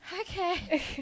okay